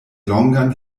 longan